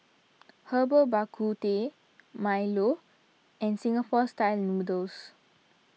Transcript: Herbal Bak Ku Teh Milo and Singapore Style Noodles